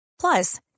Plus